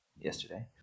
yesterday